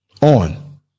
on